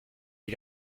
est